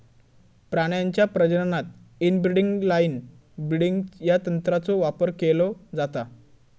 प्राण्यांच्या प्रजननात inbreeding line breeding या तंत्राचो वापर केलो जाता